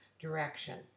Direction